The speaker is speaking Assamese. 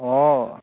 অঁ